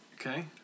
Okay